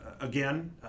Again